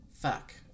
Fuck